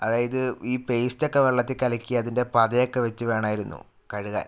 അതായത് ഈ പേസ്റ്റ് ഒക്കെ വെള്ളത്തിൽ കലക്കി അതിൻ്റെ പതയൊക്കെ വെച്ച് വേണമായിരുന്നു കഴുകാന്